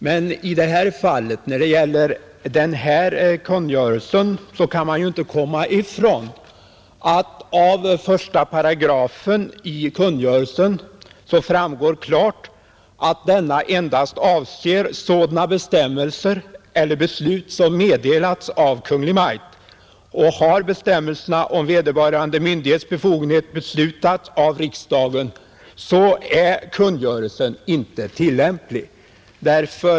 Men när det gäller denna kungörelse kan man inte komma ifrån att det av dess första paragraf klart framgår, att denna endast avser sådana bestämmelser eller beslut som meddelats av Kungl. Maj:t. Har bestämmelserna om vederbörande myndighets befogenhet beslutats av riksdagen är kungörelsen inte tillämplig.